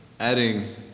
adding